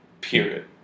period